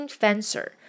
fencer